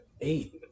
eight